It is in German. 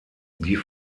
die